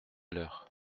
l’heure